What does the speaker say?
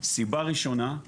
סיבה ראשונה,